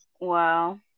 Wow